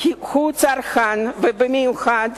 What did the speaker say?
הוא הצרכן, במיוחד